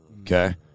okay